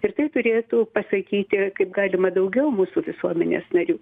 ir tai turėtų pasakyti kaip galima daugiau mūsų visuomenės narių